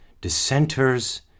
dissenters